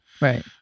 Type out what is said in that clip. Right